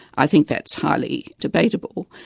i think that's highly debatable.